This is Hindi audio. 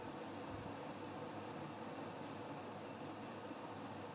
बॉन्ड यील्ड की अवधारणा थोड़ी अधिक स्तर की है